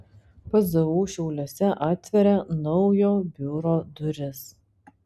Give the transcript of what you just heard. pzu šiauliuose atveria naujo biuro duris